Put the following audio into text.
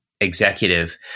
executive